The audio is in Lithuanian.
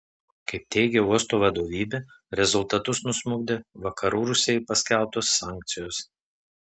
kaip teigia uosto vadovybė rezultatus nusmukdė vakarų rusijai paskelbtos sankcijos